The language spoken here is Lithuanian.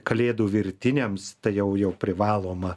kalėdų virtiniams tai jau jau privaloma